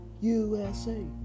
USA